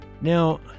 Now